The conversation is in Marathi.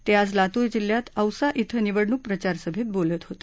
ते आज लातूर जिल्ह्यात औसा शि निवडणूक प्रचारसभेत बोलत होते